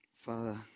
Father